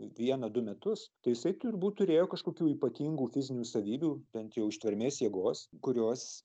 vieną du metus tai jisai turbūt turėjo kažkokių ypatingų fizinių savybių bent jau ištvermės jėgos kurios